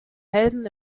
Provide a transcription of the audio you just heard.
helden